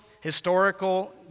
historical